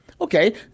Okay